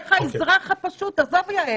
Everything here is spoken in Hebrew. איך האזרח הפשוט עזוב, יעל.